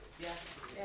Yes